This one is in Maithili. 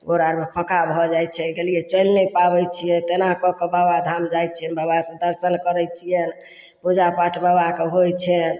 गोड़ आरमे फोका भऽ जाइ छै गेलियै चलि नहि पाबै छियै तेना कऽ कऽ बाबाधाम जाइ छियनि बाबा सँ दर्शन करै छियनि पूजापाठ बाबाके होइ छनि